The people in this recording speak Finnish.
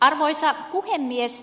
arvoisa puhemies